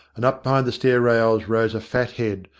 and up behind the stair-rails rose a fat head,